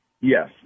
Yes